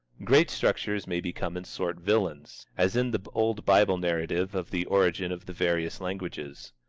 great structures may become in sort villains, as in the old bible narrative of the origin of the various languages.